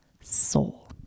soul